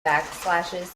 backslashes